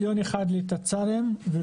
ועוד מיליון אחד לתצ"רים ורישום,